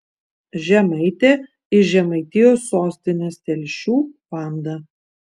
žemaitė iš žemaitijos sostinės telšių vanda